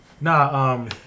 nah